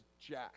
Jack